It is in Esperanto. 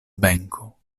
benko